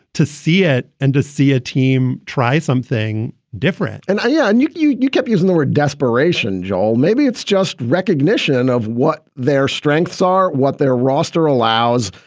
to see it and to see a team try something different and i yeah and you you kept using the word desperation, joel. maybe it's just recognition of what their strengths are, what their roster allows,